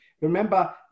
Remember